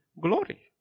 Glory